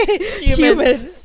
humans